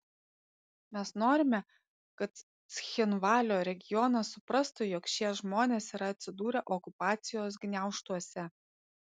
mes norime kad cchinvalio regionas suprastų jog šie žmonės yra atsidūrę okupacijos gniaužtuose